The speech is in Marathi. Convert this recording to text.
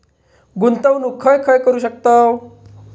गुंतवणूक खय खय करू शकतव?